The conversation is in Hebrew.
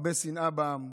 הרבה שנאה בעם,